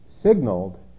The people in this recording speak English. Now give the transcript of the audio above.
signaled